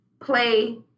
play